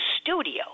studio